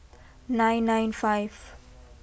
nine nine five